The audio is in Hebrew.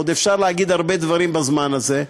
עוד אפשר להגיד הרבה דברים בזמן הזה.